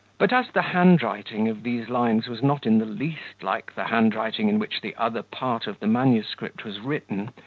but as the handwriting of these lines was not in the least like the handwriting in which the other part of the manuscript was written,